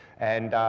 and